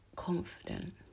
confident